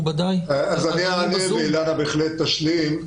אני אענה ואילנה גנס תשלים.